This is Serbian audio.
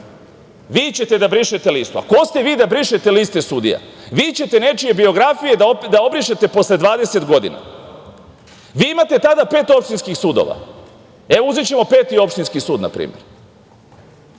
Vi ćete da brišete listu, a ko ste vi da brišete liste sudija. Vi ćete nečije biografije da obrišete posle 20 godina. Vi imate tada pet opštinskih sudova. Evo, uzećemo Peti opštinski sud, na primer. Hajdemo